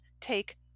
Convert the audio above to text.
take